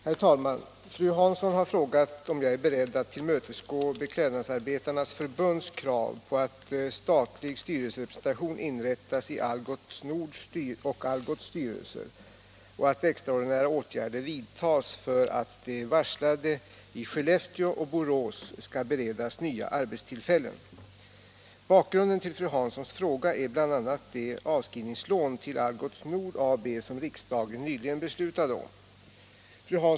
Herr talman! Fru Hansson har frågat om jag är beredd att tillmötesgå Beklädnadsarbetarnas förbunds krav på att statlig styrelserepresentation inrättas i Algots Nords och Algots styrelser och att extraordinära åtgärder vidtas för att de varslade i Skellefteå och Borås skall beredas nya arbetstillfällen. Bakgrunden till fru Hanssons fråga är bl.a. det avskrivningslån till Algots Nord AB som riksdagen nyligen beslutade om.